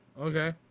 Okay